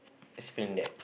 explain that